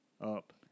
Up